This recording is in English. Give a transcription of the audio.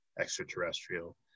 extraterrestrial